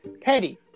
Petty